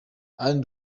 anne